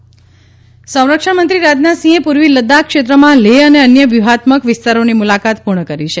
રાજનાથસિંહ સંરક્ષણ મંત્રી રાજનાથસિંહે પૂર્વી લદ્દાખ ક્ષેત્રમાં લેહ અને અ ન્ય વ્યૂહાત્મક વિસ્તારોની મુલાકાત પૂર્ણ કરી છે